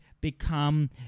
become